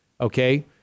okay